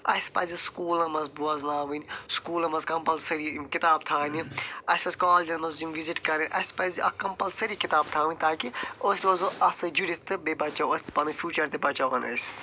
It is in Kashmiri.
اَسہِ پَزِ سکوٗلن منٛز بوزناوٕنۍ سکوٗلن منٛز کمپلسٔری کِتاب تھاونہِ اَسہِ پزِ کالجن منٛز یِم وِزٹ کرٕنۍ اَسہِ پَزِ اَکھ کمپلسری کِتاب تھاوٕنۍ تاکہِ أسۍ روزو اتھ سۭتۍ جُڈِتھ تہٕ بییٚہ بچو أسۍ پنُن فیٛوٗچر تہِ بچاوہون أسۍ